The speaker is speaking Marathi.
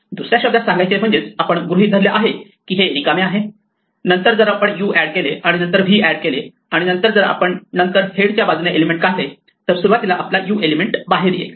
दुसऱ्या शब्दात सांगायचे म्हणजेच आपण गृहीत धरले आहे की हे रिकामे आहे नंतर जर आपण u एड केले आणि नंतर v एड केले आणि जर आपण नंतर हेड च्या बाजूने एलिमेंट काढले तर सुरुवातीला आपला u हा एलिमेंट बाहेर येईल